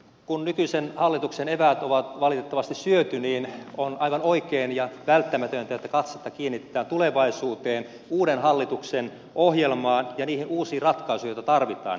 kun nykyisen hallituksen eväät on valitettavasti syöty niin on aivan oikein ja välttämätöntä että katsetta kiinnitetään tulevaisuuteen uuden hallituksen ohjelmaan ja niihin uusiin ratkaisuihin joita tarvitaan